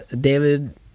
David